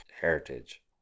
heritage